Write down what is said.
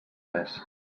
més